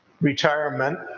retirement